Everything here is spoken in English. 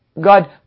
God